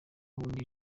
undi